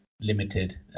limited